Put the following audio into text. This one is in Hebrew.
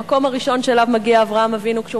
המקום הראשון שאליו מגיע אברהם אבינו כשהוא